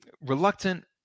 reluctant